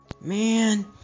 Man